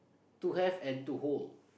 to have and to hold